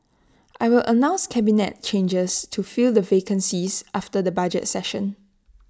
I will announce cabinet changes to fill the vacancies after the budget session